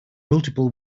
multiple